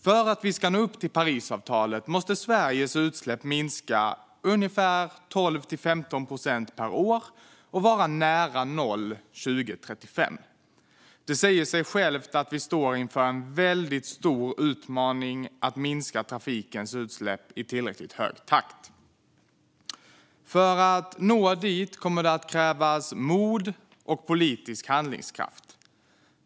För att vi ska nå upp till Parisavtalet måste Sveriges utsläpp minska med ungefär 12-15 procent per år och vara nära noll 2035. Det säger sig självt att vi står inför en väldigt stor utmaning att minska trafikens utsläpp i tillräckligt hög takt. För att nå dit kommer det att krävas mod och politisk handlingskraft.